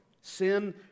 Sin